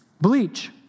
bleach